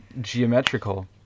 geometrical